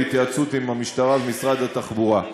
בהתייעצות עם המשטרה ומשרד התחבורה.